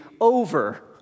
over